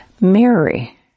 Mary